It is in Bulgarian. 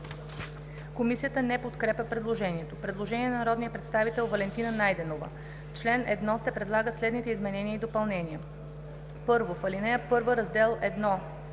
Комисията не подкрепя предложението. Предложение от народния представител Валентина Найденова: „В чл. 1 се предлагат следните изменения и допълнения: 1. В ал. 1, Раздел I.